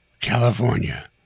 California